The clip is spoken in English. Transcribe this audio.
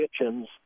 kitchens